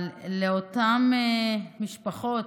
אבל לאותן משפחות,